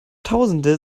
tausende